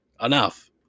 Enough